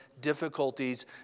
difficulties